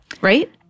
right